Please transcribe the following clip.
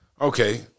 Okay